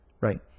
right